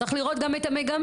צריך לראות גם את המגמה.